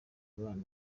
abana